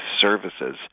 services